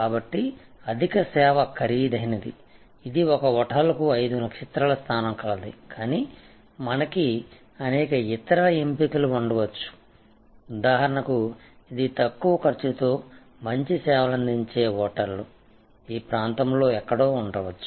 కాబట్టి అధిక సేవ ఖరీదైనది ఇది ఒక హోటల్కు ఐదు నక్షత్రాల స్థానం కలది కానీ మనకి అనేక ఇతర ఎంపికలు ఉండవచ్చు ఉదాహరణకు ఇది తక్కువ ఖర్చుతో మంచి సేవలందించే హోటల్లు ఈ ప్రాంతంలో ఎక్కడో ఉండవచ్చు